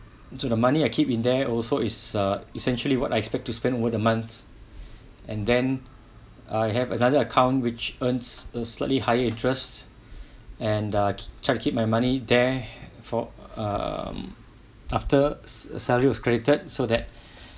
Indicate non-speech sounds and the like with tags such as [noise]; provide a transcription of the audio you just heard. so the money I keep in there also is uh essentially what I expect to spend over the month and then I have another account which earns a slightly higher interest and ah try to keep my money there for um after salary was credited so that [breath]